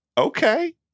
Okay